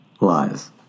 lies